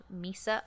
Misa